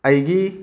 ꯑꯩꯒꯤ